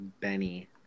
Benny